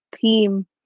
theme